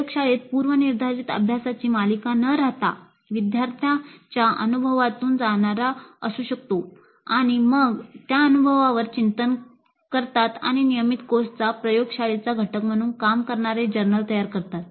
प्रयोगशाळेत पूर्वनिर्धारित अभ्यासाची मालिका न राहता विदयार्थी अनुभवतुन जाणारा असू शकतो आणि मग त्या अनुभवावर चिंतन करतात आणि नियमित कोर्सचा प्रयोगशाळेचा घटक म्हणून काम करणारे जर्नल तयार करतात